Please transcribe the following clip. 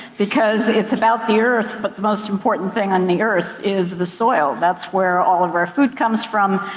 because it's about the earth, but the most important thing on the earth is the soil. that's where all of our food comes from,